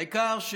העיקר,